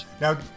Now